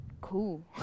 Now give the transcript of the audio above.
Cool